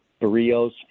Barrios